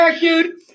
dude